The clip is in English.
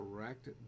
correct